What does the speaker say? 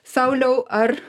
sauliau ar